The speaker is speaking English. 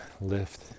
lift